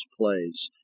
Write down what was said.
plays